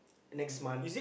next month